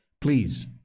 please